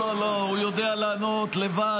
לא, לא, הוא יודע לענות לבד.